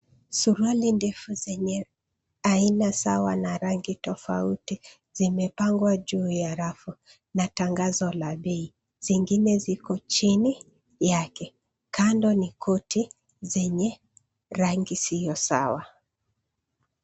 Suruali ndefu zenye aina sawa na rangi tofauti zimepangwa juu ya rafu na tangazo la bei. Zingine ziko chini yake. Kando ni koti zenye rangi siyo sawa.